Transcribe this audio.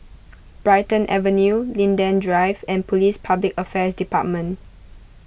Brighton Avenue Linden Drive and Police Public Affairs Department